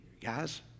guys